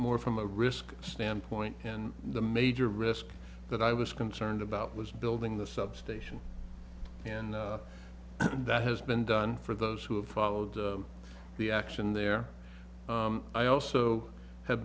more from a risk standpoint and the major risk that i was concerned about was building the substation and that has been done for those who have followed the action there i also ha